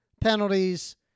penalties